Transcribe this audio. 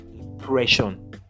impression